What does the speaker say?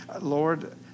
Lord